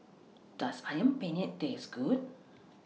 Does Ayam Penyet Taste Good